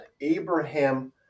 Abraham